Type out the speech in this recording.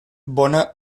bona